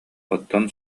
онтон